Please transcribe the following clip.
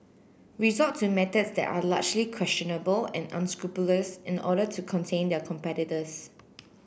resort to methods that are largely questionable and unscrupulous in order to contain their competitors